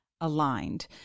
aligned